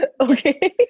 Okay